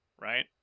right